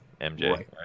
MJ